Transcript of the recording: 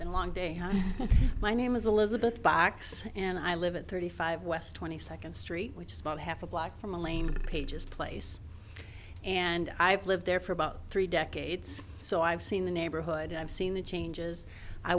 mean long day hi my name is elizabeth box and i live at thirty five west twenty second street which is about half a block from elaine page's place and i've lived there for about three decades so i've seen the neighborhood i've seen the changes i